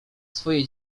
swoje